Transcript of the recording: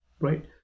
right